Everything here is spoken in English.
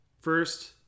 first